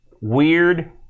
weird